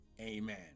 amen